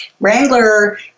Wrangler